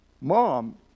Mom